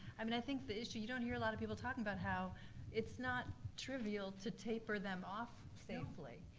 i mean i think the issue, you don't hear a lot of people talking about how it's not trivial to taper them off safely.